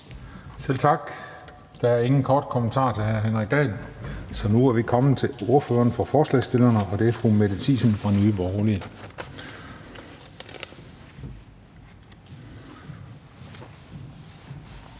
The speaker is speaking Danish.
Selv tak. Der er ingen korte bemærkninger til hr. Henrik Dahl, så nu er vi kommet til ordføreren for forslagsstillerne, og det er fru Mette Thiesen fra Nye Borgerlige.